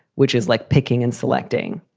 which is like picking and selecting.